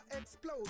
explode